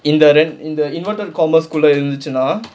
in the in the inverted commas குள்ள இருந்துச்சுன்னா:kulla irunthuchunaa